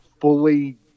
fully